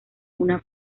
una